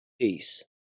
Peace